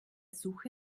suche